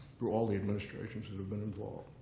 through all the administrations that have been involved.